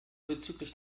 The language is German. bezüglich